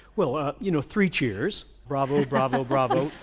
well ah you know three cheers bravo, bravo, bravo.